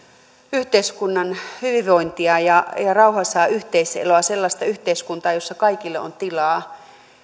yhteiskunnan hyvinvointia ja yhteiseloa rauhassa sellaista yhteiskuntaa jossa kaikille on tilaa